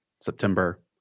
September